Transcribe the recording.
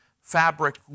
fabric